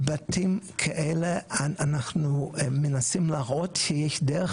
בבתים כאלה אנחנו מנסים להראות שיש דרך